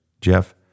Jeff